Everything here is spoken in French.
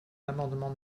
l’amendement